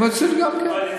הם היו אצלי גם כן.